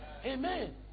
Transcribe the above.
Amen